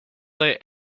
they